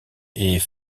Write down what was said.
est